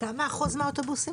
כמה אחוז מהאוטובוסים?